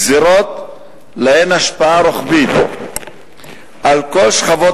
גזירות שיש להן השפעה רוחבית על כל שכבות